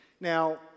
Now